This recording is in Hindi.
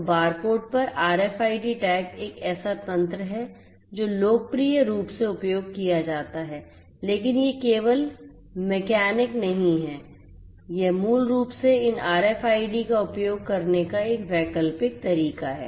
तो बारकोड पर RFID टैग एक ऐसा तंत्र है जो लोकप्रिय रूप से उपयोग किया जाता है लेकिन ये केवल मैकेनिक नहीं है यह मूल रूप से इन RFID का उपयोग करने का एक वैकल्पिक तरीका है